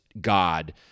God